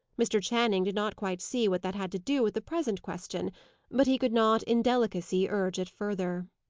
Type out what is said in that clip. mr. channing did not quite see what that had to do with the present question but he could not, in delicacy, urge it further.